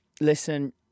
listen